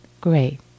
great